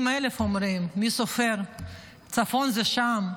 80,000 אומרים, מי סופר, צפון זה שם.